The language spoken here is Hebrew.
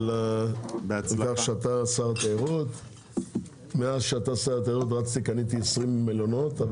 מאז שאתה שר התיירות רצתי קניתי 20 מלונות.